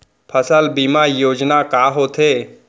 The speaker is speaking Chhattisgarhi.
फसल बीमा योजना का होथे?